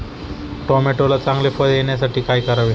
टोमॅटोला चांगले फळ येण्यासाठी काय करावे?